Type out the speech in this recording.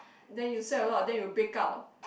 then you sweat a lot then you break out